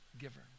giver